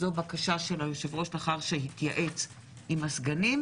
זו הבקשה של היושב-ראש לאחר שהתייעץ עם הסגנים,